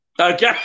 okay